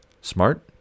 smart